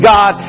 God